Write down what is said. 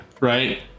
right